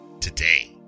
today